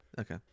okay